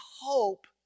hope